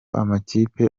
amakipe